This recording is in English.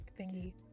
thingy